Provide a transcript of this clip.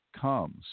comes